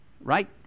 right